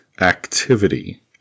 activity